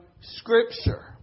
Scripture